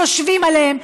יושבים עליהם,